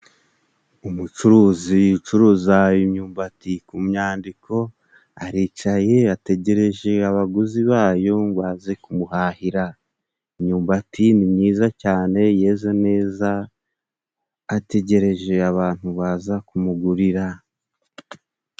Umucuruzi ucuruza imyumbati ku myandiko aricaye, ategereje abaguzi bayo ngo baze ku muhahira, imyumbati ni myiza cyane yeza neza ategereje abantu baza ku mugurira.